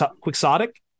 quixotic